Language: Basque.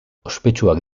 ospetsuak